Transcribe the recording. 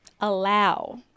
Allow